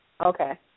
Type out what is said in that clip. Okay